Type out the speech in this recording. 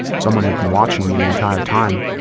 someone had been watching me the entire time.